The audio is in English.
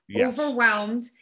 overwhelmed